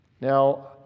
Now